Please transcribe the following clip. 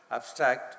Abstract